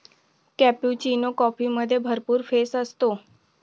cappuccino कॉफीमध्ये भरपूर फेस असतो